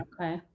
Okay